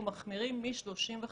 אנחנו מחמירים מ-30%